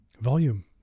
volume